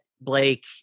Blake